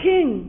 King